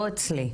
לא אצלי,